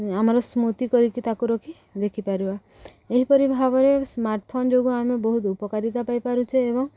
ଆମର ସ୍ମୃତି କରିକି ତାକୁ ରଖି ଦେଖିପାରିବା ଏହିପରି ଭାବରେ ସ୍ମାର୍ଟଫୋନ୍ ଯୋଗୁଁ ଆମେ ବହୁତ ଉପକାରିତା ପାଇପାରୁଛେ ଏବଂ